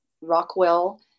Rockwell